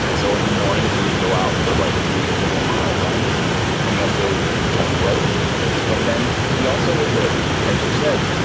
and so in the mornings he would go out for like three or four-mile runs and he also jumped rope but then, he also was, ah as you said,